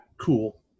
Cool